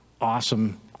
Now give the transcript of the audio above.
awesome